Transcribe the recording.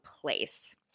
place